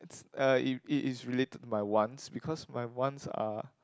it's uh if it is related by wants because my wants are